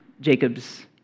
Jacob's